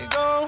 go